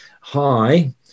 hi